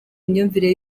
imyumvire